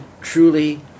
truly